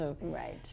Right